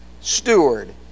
steward